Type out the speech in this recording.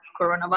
coronavirus